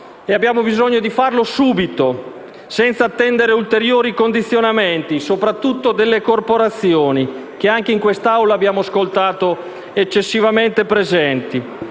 Abbiamo bisogno di farlo subito, senza attendere ulteriori condizionamenti, soprattutto delle corporazioni, che anche in questa Assemblea abbiamo ascoltato essere eccessivamente presenti.